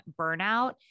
burnout